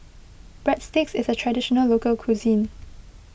Breadsticks is a Traditional Local Cuisine